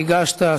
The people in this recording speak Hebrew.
ריגשת.